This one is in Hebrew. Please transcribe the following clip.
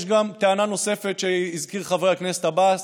יש גם טענה נוספת שהזכיר חבר הכנסת עבאס.